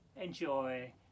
enjoy